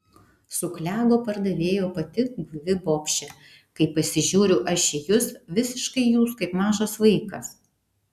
suklego pardavėjo pati guvi bobšė kai pasižiūriu aš į jus visiškai jūs kaip mažas vaikas